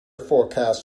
forecast